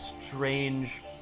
strange